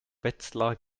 wetzlar